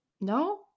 no